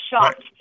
shocked